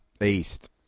East